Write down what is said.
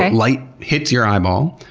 and light hits your eyeball,